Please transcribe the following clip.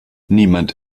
niemand